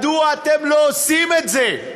מדוע אתם לא עושים את זה?